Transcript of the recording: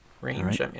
range